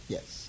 Yes